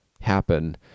happen